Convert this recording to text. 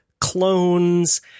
clones